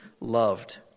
loved